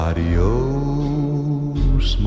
Adios